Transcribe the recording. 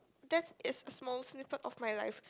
that is a snippet of my life